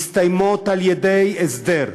הן מסתיימות על-ידי הסדר.